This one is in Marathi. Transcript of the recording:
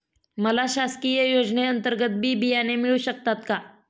मला शासकीय योजने अंतर्गत बी बियाणे मिळू शकतात का?